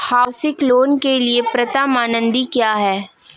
Housing loan के लिए पात्रता मानदंड क्या हैं?